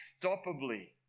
unstoppably